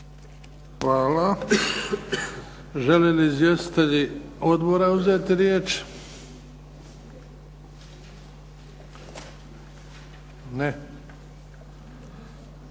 Hvala. Želi li izvjestitelji odbora uzeti riječ? Ne. Otvaram